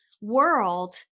world